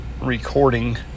recording